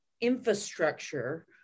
infrastructure